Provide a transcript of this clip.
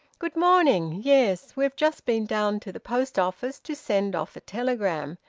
good morning. yes. we've just been down to the post-office to send off a telegram,